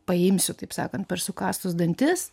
paimsiu taip sakant per sukąstus dantis